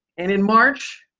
and in march,